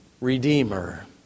Redeemer